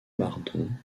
bardon